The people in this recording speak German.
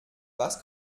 was